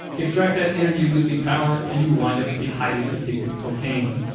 extract that energy boosting power and you wind up with the highly addictive cocaine.